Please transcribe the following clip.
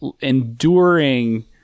enduring